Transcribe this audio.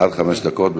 עד חמש דקות.